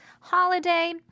holiday